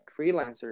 freelancers